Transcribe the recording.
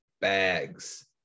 bags